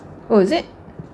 oo is it